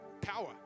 Power